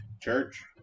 church